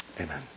Amen